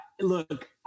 Look